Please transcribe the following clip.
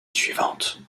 suivante